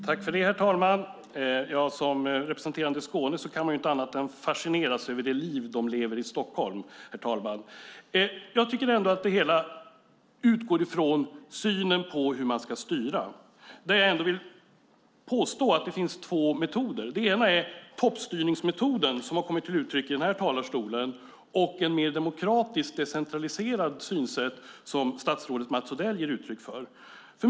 Herr talman! Som representerande Skåne kan man inte annat än fascineras av det liv de lever i Stockholm. Jag tycker att det hela utgår från synen på hur man ska styra. Jag vill påstå att det finns två metoder. Den ena är toppstyrningsmetoden som har kommit till uttryck i den här talarstolen. Den andra bygger på ett mer demokratiskt, decentraliserat synsätt som statsrådet Mats Odell ger uttryck för.